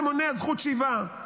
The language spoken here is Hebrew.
שמונע זכות שיבה,